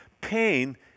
Pain